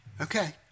okay